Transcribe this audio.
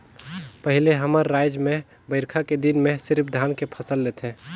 पहिले हमर रायज में बईरखा के दिन में सिरिफ धान के फसल लेथे